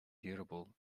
durable